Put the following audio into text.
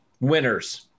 winners